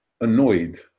annoyed